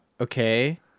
okay